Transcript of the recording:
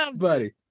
buddy